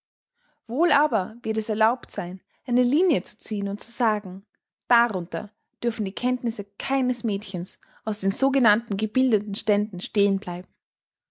wohl aber wird es erlaubt sein eine linie zu ziehen und zu sagen darunter dürfen die kenntnisse keines mädchens aus den sogenannten gebildeten ständen stehen bleiben